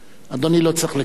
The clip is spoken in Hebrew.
אדוני לא צריך לקוות,